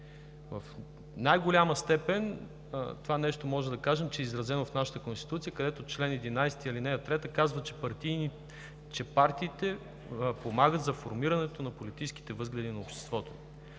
В най-голяма степен това може да кажем, че е изразено в нашата Конституция, където чл. 11, ал. 3 казва, че партиите помагат за формирането на политическите възгледи на обществото.